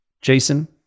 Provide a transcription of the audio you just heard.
jason